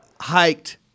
hiked